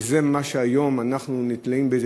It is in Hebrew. וזה מה שהיום אנחנו נתלים בו,